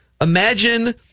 imagine